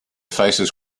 faces